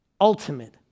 ultimate